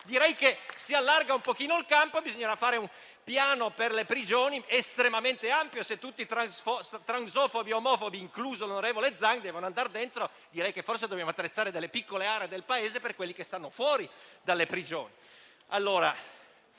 Direi che si allarga un po' il campo e bisognerà fare allora un piano per le prigioni estremamente ampio; se tutti gli omofobi e transfobici, incluso l'onorevole Zan, vi dovranno andare dentro, direi che forse dovremo attrezzare delle piccole aree del Paese per quelli che stanno fuori dalle prigioni.